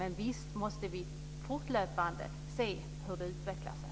Men visst måste vi fortlöpande undersöka hur det utvecklar sig.